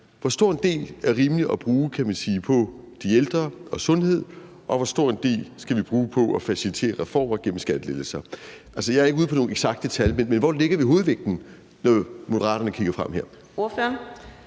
man sige – er det rimeligt at bruge på de ældre og sundhed, og hvor stor en del af det skal vi bruge på at facilitere reformer gennem skattelettelser? Jeg er ikke ude på at få nogen eksakte tal, men hvor lægger vi hovedvægten, når Moderaterne her kigger frem? Kl.